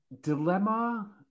dilemma